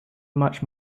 much